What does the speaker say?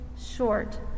short